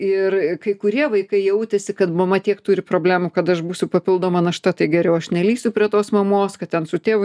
ir kai kurie vaikai jautėsi kad mama tiek turi problemų kad aš būsiu papildoma našta tai geriau aš nelįsiu prie tos mamos kad ten su tėvu